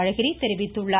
அழகிரி தெரிவித்துள்ளார்